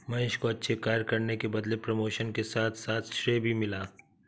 महेश को अच्छे कार्य करने के बदले प्रमोशन के साथ साथ श्रेय भी मिला